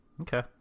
Okay